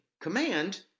command